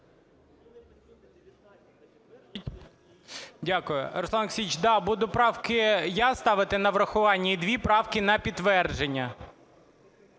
Дякую. Руслан Олексійович, да, буду правки я ставити на врахування і дві правки на підтвердження.